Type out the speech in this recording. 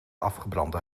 afgebrande